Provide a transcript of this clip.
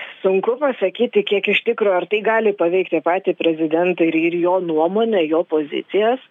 sunku pasakyti kiek iš tikro ar tai gali paveikti patį prezidentą ir jo nuomonę jo pozicijas